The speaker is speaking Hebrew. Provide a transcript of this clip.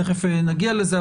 תכף נגיע לזה.